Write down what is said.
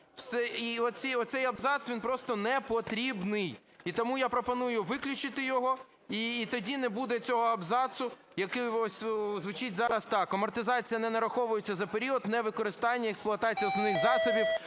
І цей абзац, він просто непотрібний. І тому я пропоную виключити його, і тоді не буде цього абзацу, який звучить зараз так: "Амортизація не нараховується за період невикористання експлуатації основних засобів